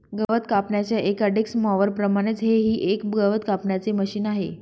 गवत कापण्याच्या एका डिक्स मॉवर प्रमाणेच हे ही एक गवत कापण्याचे मशिन आहे